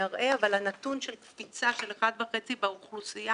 אבל הנתון של קפיצה של אחד וחצי באוכלוסייה